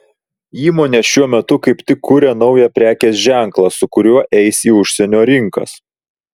įmonė šiuo metu kaip tik kuria naują prekės ženklą su kuriuo eis į užsienio rinkas